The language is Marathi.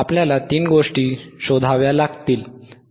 आपल्याला तीन गोष्टी शोधाव्या लागतील